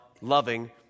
loving